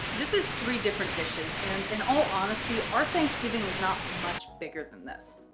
this is three different dishes and in all honesty, our thanksgiving is not much bigger than this